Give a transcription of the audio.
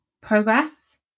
progress